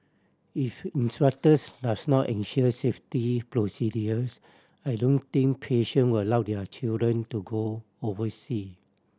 if instructors does not ensure safety procedures I don't think patient will allow their children to go oversea